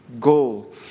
goal